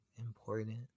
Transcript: important